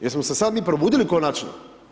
Jesmo se sad mi probudili konačno?